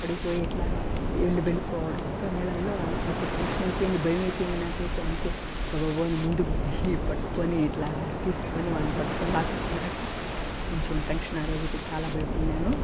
పడిపోయి ఇట్లా వెళ్లి వెళ్ళిపోవడంతో నీళ్ళల్లో అంతే అప్పుడు టెన్షన్ అయిపోయింది భయమైపోయింది నాకైతే అంతే గబగబా అని ముందుకు పొయ్యి పట్టుకొని ఇట్లా తీసుకొని వాణ్ని పట్టుకొని లాక్కొచ్చినాక కొంచెం టెన్షను ఆ రోజైతే చాలా భయపడినాను